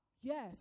yes